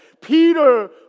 Peter